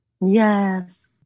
yes